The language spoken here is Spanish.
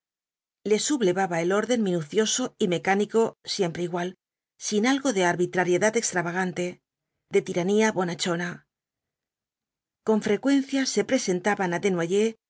le sublevaba el orden minucioso y mecánico siempre igual sin algo de arbitrariedad extravagante de tiranía bonachona con frecuencia se presentaban á